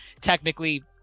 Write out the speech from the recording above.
technically